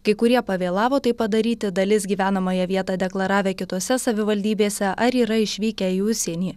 kai kurie pavėlavo tai padaryti dalis gyvenamąją vietą deklaravę kitose savivaldybėse ar yra išvykę į užsienį